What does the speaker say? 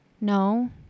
no